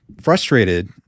frustrated